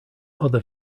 other